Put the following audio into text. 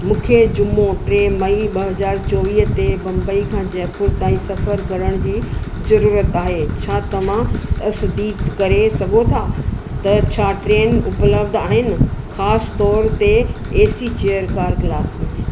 मूंखे जुमो टे मई ॿ हज़ार चोवीह ते मुंबई खां जयपुर ताईं सफर करण जी ज़रूरत आहे छा तव्हां तसदीक करे सघो था त छा ट्रेन उपलब्ध आहिनि ख़ासि तौर ते AC chair car class में